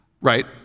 right